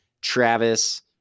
Travis